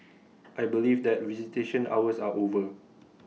I believe that visitation hours are over